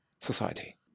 society